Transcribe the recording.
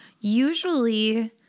usually